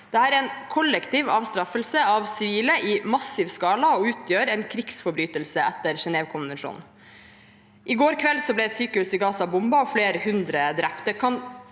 Det er en kollektiv avstraffelse av sivile i massiv ska la og utgjør en krigsforbrytelse etter Genèvekonvensjonene. I går kveld ble et sykehus i Gaza bombet og flere hundre drept.